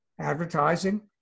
advertising